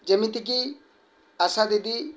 ଯେମିତିକି ଆଶା ଦିଦି